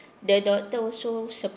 the doctor also surprised